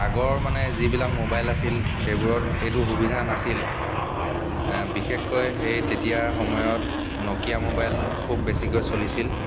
আগৰ মানে যিবিলাক মোবাইল আছিল সেইবোৰত এইটো সুবিধা নাছিল বৈশেষকৈ সেই তেতিয়াৰ সময়ত ন'কিয়া মোবাইল খুব বেছিকৈ চলিছিল